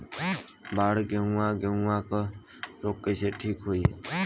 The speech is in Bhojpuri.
बड गेहूँवा गेहूँवा क रोग कईसे ठीक होई?